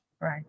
Right